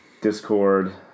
Discord